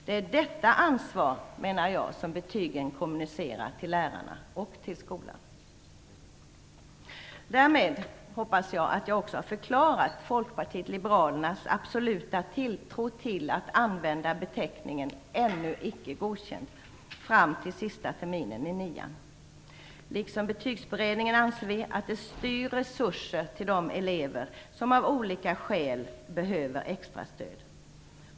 Det är detta ansvar, menar jag, som betygen kommunicerar till lärarna och till skolan. Jag hoppas att jag därmed också har förklarat Folkpartiet liberalernas absoluta tilltro till att använda beteckningen ännu icke godkänd fram till sista terminen i nian. Liksom Betygsberedningen anser vi att det styr resurser till de elever som av olika skäl behöver extra stöd.